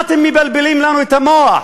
מה אתם מבלבלים לנו את המוח?